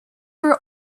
were